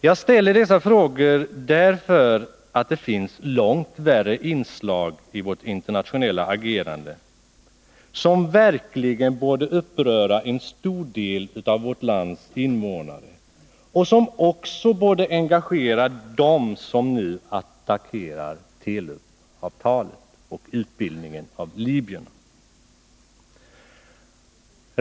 Jag ställer dessa frågor därför att det finns långt värre inslag i vårt internationella agerande, som verkligen borde uppröra en stor del av vårt lands invånare och som också borde engagera dem som nu attackerar Telubavtalet och utbildningen av libyerna.